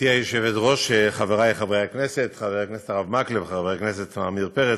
חבר הכנסת עמיר פרץ,